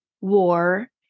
war